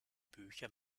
bücher